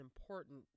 important